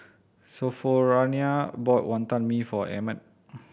Sophronia bought Wantan Mee for Emmet